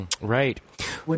right